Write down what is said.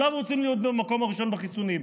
וכולם רוצים להיות במקום הראשון בחיסונים,